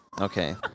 Okay